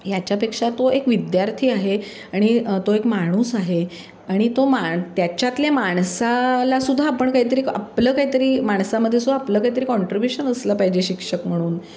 याच्यापेक्षा तो एक विद्यार्थी आहे आणि तो एक माणूस आहे आणि तो माण त्याच्यातल्या माणसाला सुद्धा आपण काहीतरी आपलं काहीतरी माणसामध्ये सुद्धा आपलं काहीतरी कॉन्ट्रीब्युशन असलं पाहिजे शिक्षक म्हणून